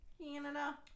Canada